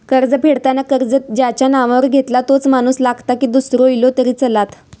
कर्ज फेडताना कर्ज ज्याच्या नावावर घेतला तोच माणूस लागता की दूसरो इलो तरी चलात?